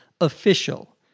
official